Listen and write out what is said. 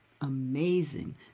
amazing